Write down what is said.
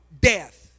death